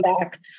back